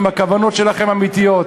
אם הכוונות שלכם אמיתיות?